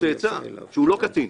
צאצא שהוא לא קטין,